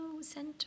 Center